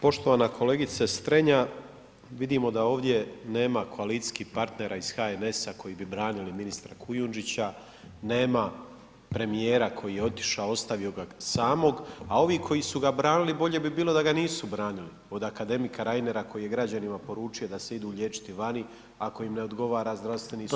Poštovana kolegice Strenja, vidimo da ovdje nema koalicijskih partnera iz HNS-a koji bi branili ministra Kujundžića, nema premijera koji je otišao, ostavio ga samog, a ovi koji su ga branili, bolje bi bilo da ga nisu branili, od akademika Reinera koji je građanima poručio da se idu liječiti vani ako im ne odgovara zdravstveni sustav.